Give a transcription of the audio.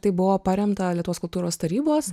tai buvo paremta lietuvos kultūros tarybos